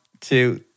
two